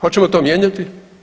Hoćemo to mijenjati?